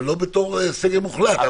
אבל לא בתור סגר מוחלט.